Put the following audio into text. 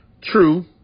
True